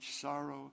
sorrow